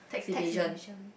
tax evasion